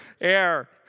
Air